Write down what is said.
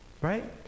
Right